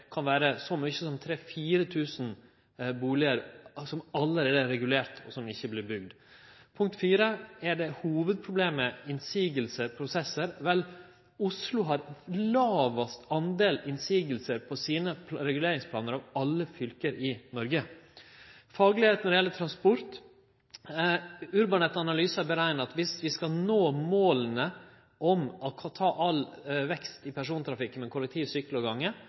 kan vere så mykje som 3 000–4 000 bustader som allereie er regulerte, og som ikkje vert bygde. Punkt 4: Er hovudproblemet motsegner og prosessar? Vel, Oslo har den lågaste delen av motsegner til reguleringsplanane sine av alle fylke i Noreg. Når det gjeld det faglege og transport: Urbanet Analyse har berekna at viss vi skal nå måla om å ta all vekst i persontrafikken med kollektivtransport, sykkelbruk og gange,